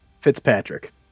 Fitzpatrick